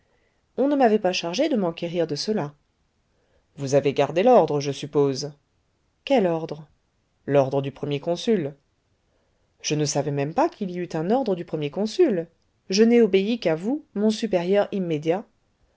on ne m'avait pas chargé de m'enquérir de cela vous avez gardé l'ordre je suppose quel ordre l'ordre du premier consul je ne savais même pas qu'il y eût un ordre du premier consul je n'ai obéi qu'à vous mon supérieur immédiat